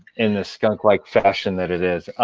in the skunk-like fashion that it is.